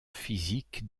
physique